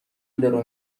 درو